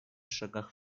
шагах